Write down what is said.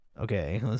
Okay